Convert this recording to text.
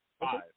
Five